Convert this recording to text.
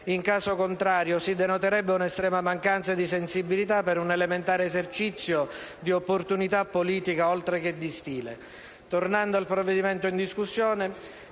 In caso contrario, si denoterebbe un'estrema mancanza di sensibilità per un elementare esercizio di opportunità politica, oltre che di stile.